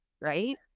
Right